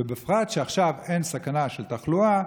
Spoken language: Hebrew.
ובפרט שעכשיו אין סכנה של תחלואה,